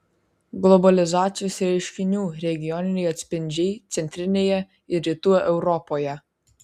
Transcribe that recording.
globalizacijos reiškinių regioniniai atspindžiai centrinėje ir rytų europoje